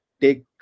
take